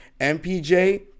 MPJ